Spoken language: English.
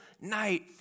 night